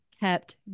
Kept